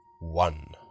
One